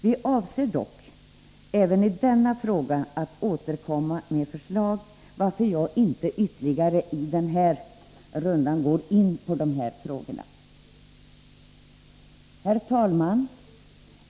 Vi avser att också i denna fråga återkomma med förslag, varför jag inte i den här rundan går in ytterligare på denna fråga. Herr talman!